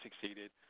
succeeded